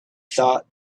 thought